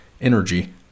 Energy